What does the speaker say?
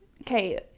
Okay